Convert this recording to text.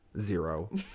Zero